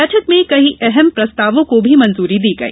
बैठक में कई अहम प्रस्तावों को भी मंजूरी दी गई